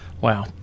Wow